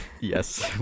Yes